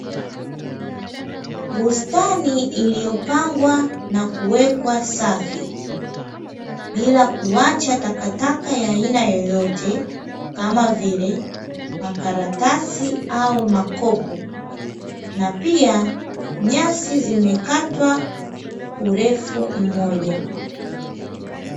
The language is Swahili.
Bustani iliyopangwa na kuwekwa safi bila kuacha takataka ya aina yoyote kama vile makaratasi au makopo, na pia nyasi zimekatwa urefu mmoja.